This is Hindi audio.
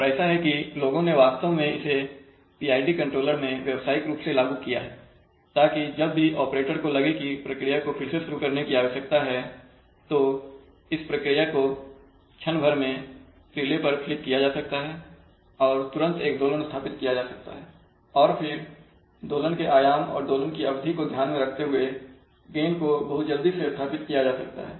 और ऐसा है कि लोगों ने वास्तव में इसे PID कंट्रोलर में व्यावसायिक रूप से लागू किया है ताकि जब भी ऑपरेटर को लगे कि प्रक्रिया को फिर से शुरू करने की आवश्यकता है तो इस प्रक्रिया को क्षण भर में रिले पर फ्लिक किया जा सकता है और तुरंत एक दोलन स्थापित किया जा सकता है और फिर दोलन के आयाम और दोलन की अवधि को ध्यान में रखते हुए गेन को बहुत जल्दी से स्थापित किया जा सकता है